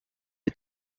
est